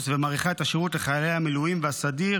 ומאריכה את השירות לחיילי המילואים והסדיר,